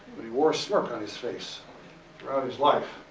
but he wore a smirk on his face throughout his life.